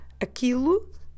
Aquilo